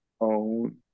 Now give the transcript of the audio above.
own